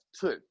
Two